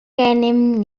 gennym